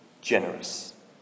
generous